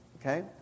okay